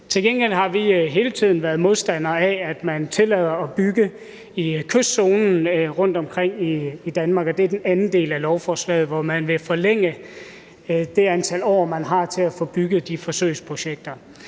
Til gengæld har vi hele tiden været modstandere af, at man tillader at bygge i kystzonen rundtomkring i Danmark. Det er den anden del af lovforslaget, hvor man vil forlænge det antal år, man har til at få bygget de forsøgsprojekter.